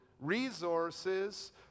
resources